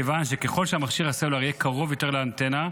מכיוון שככל שמכשיר הסלולר יהיה קרוב יותר לאנטנה,